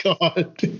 God